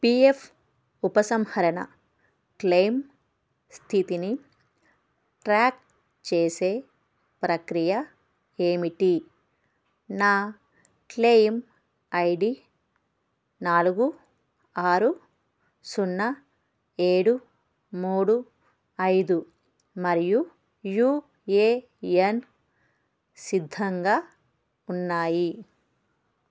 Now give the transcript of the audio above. P F ఉపసంహరణ claim స్థితిని track చేసే ప్రక్రియ ఏమిటి నా క్లెయిమ్ ఐ డీ నాలుగు ఆరు సున్నా ఏడు మూడు ఐదు మరియు యూ ఏ ఎన్ సిద్ధంగా ఉన్నాయి